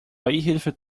beihilfe